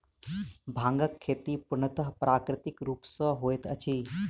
भांगक खेती पूर्णतः प्राकृतिक रूप सॅ होइत अछि